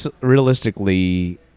realistically